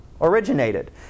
originated